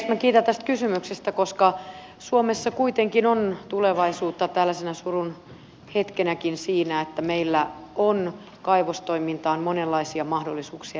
minä kiitän tästä kysymyksestä koska suomessa kuitenkin on tulevaisuutta tällaisena surun hetkenäkin siinä että meillä on kaivostoiminnassa monenlaisia mahdollisuuksia